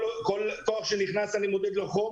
כל לקוח שנכנס אני מודד לו חום.